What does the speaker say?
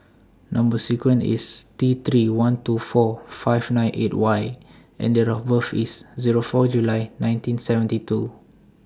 Number sequence IS T three one two four five nine eight Y and Date of birth IS Zero four July nineteen seventy two